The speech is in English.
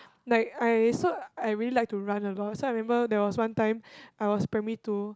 like I sort I really like to run a lot so I remember there was one time I was primary two